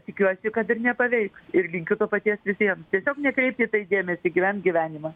tikiuosi kad ir nepaveiks ir linkiu to paties visiems tiesiog nekreipt į tai dėmesį gyvent gyvenimą